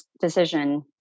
decision